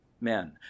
men